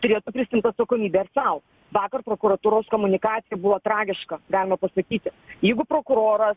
turėtų prisiimt atsakomybę ir sau vakar prokuratūros komunikacija buvo tragiška galima pasakyti jeigu prokuroras